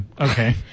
Okay